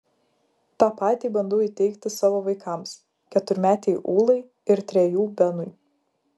tą patį bandau įteigti savo vaikams keturmetei ūlai ir trejų benui